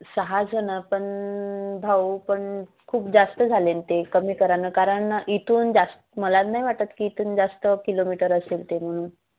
सहा जणं पण भाऊ पण खूप जास्त झाले नं ते कमी करा नं कारण इथून जास् मला नाही वाटत की इथून जास्त किलोमीटर असेल ते म्हणून